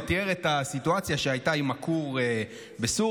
ותיאר את הסיטואציה שהייתה עם הכור בסוריה,